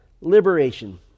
liberation